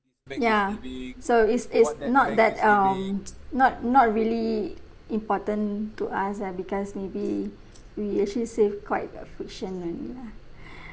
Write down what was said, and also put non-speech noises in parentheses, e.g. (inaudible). ya so it's it's not that um (noise) not not really important to us ah because maybe we actually save quite a fraction only lah